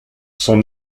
sont